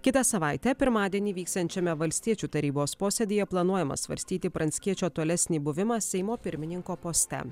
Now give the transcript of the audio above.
kitą savaitę pirmadienį vyksiančiame valstiečių tarybos posėdyje planuojama svarstyti pranckiečio tolesnį buvimą seimo pirmininko poste